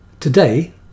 Today